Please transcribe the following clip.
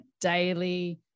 daily